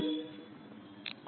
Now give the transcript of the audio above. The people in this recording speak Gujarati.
વિદ્યાર્થી સર